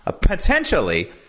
potentially